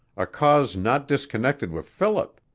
a cause not disconnected with philip,